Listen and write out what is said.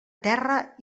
terra